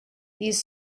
these